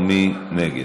מי נגד?